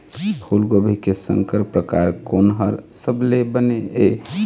फूलगोभी के संकर परकार कोन हर सबले बने ये?